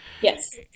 Yes